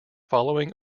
following